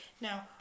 Now